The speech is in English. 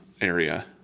area